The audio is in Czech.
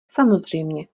samozřejmě